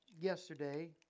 yesterday